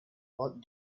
what